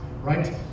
right